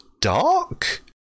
dark